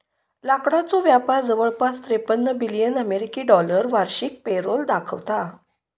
लाकडाचो व्यापार जवळपास त्रेपन्न बिलियन अमेरिकी डॉलर वार्षिक पेरोल दाखवता